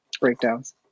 breakdowns